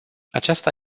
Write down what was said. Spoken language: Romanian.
aceasta